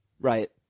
Right